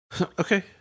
okay